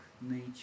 nature